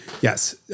yes